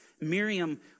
Miriam